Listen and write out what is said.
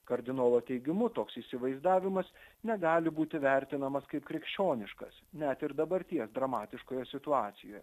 kardinolo teigimu toks įsivaizdavimas negali būti vertinamas kaip krikščioniškas net ir dabarties dramatiškoje situacijoje